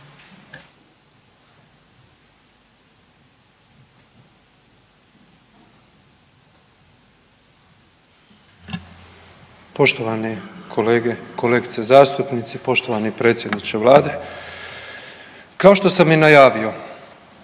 Poštovane kolege, kolegice zastupnici, poštovani predsjedniče Vlade. Kao što sam i najavio,